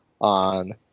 on